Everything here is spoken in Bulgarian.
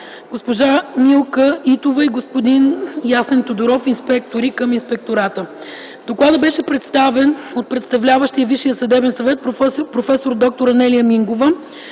госпожа Милка Итова и господин Ясен Тодоров – инспектори към Инспектората. Докладът беше представен от представляващия ВСС проф. д-р Анелия Мингова,